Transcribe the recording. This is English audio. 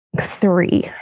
three